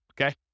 okay